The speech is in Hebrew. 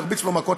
נרביץ לו מכות,